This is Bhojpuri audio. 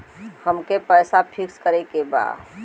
अमके पैसा फिक्स करे के बा?